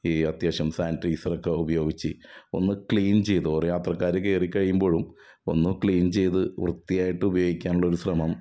ഈ അത്യാവശ്യം സാനിറ്റയ്സറൊക്കെ ഉപയോഗിച്ച് ഒന്ന് ക്ലീൻ ചെയ്ത് ഓരോ യാത്രക്കാര് കയറിക്കഴിയുമ്പോഴും ഒന്ന് ക്ലീൻ ചെയ്ത് വൃത്തിയായിട്ട് ഉപയോഗിക്കാനുള്ള ഒരു ശ്രമം